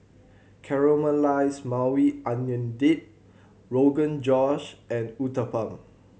Caramelized Maui Onion Dip Rogan Josh and Uthapam